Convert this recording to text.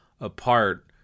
apart